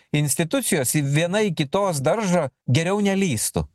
institucijos į viena į kitos daržą geriau nelįstų